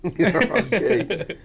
Okay